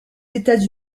états